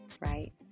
right